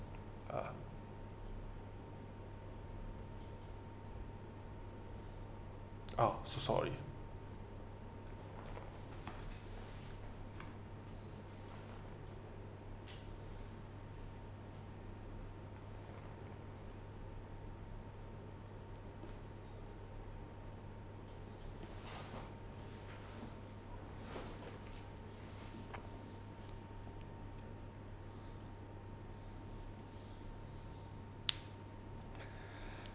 ah ah so sorry